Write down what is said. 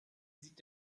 sieht